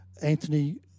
Anthony